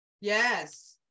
yes